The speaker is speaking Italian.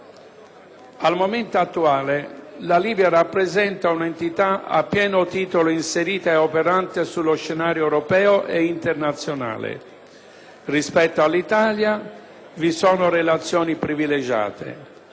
Al momento attuale, la Libia rappresenta un'entità a pieno titolo inserita e operante sullo scenario europeo e internazionale e, rispetto all'Italia, vi sono relazioni privilegiate.